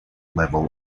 level